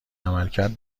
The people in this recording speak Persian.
عملکرد